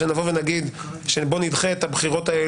שנבוא ונגיד,